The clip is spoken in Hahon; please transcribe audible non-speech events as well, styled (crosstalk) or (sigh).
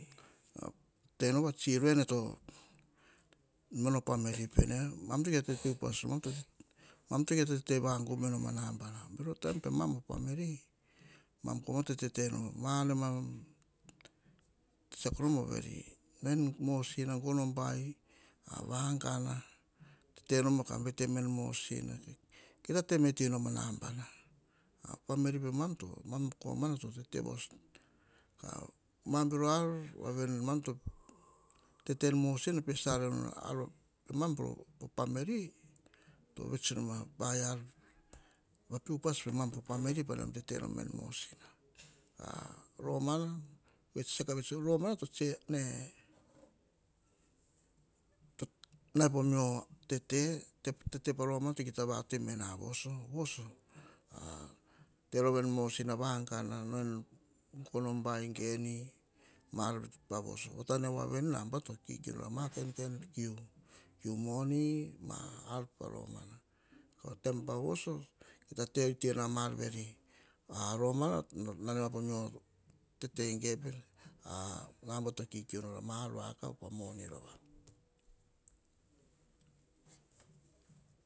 Tenu va tsi roe meto tenu mono famili pene mam to mukai upas noma, mam o mukai tatete vagum menoma nabana. Bero taem pemam o family emam komana totete noma ma ar nemam tsetseako noma veri nao en mosina, gono bai ka vagana, tete noma ka beteme en mosina. Ka muka i tate itoi menoma nabana famili pemam emam komana to tete voso noma ka. Mam bero ar emam to tete en mosina ka pe saka enoma emam or famili, tovets noma paia ar vape upas pemam or famili pa nemam tete noma en mosina. Ka romana tsan kes i so ka vets to nare po meo tete, tete pa romana to mukai ta vatoi me na voso. Voso, (hesitation) te rova romana en mosina vagana ge eni gono bai ge e eni ma ar pa voso. Vatane vaveni nabana to kikiu nor ama kain kain, kiu moni ma ar pa romana po taim pa voso, ta te itoi na ma ar veri. A romana nara nare ma po meo kain tete geve, (hesitation) nabana to kikiu noi a ma ar vakav pa moni rova.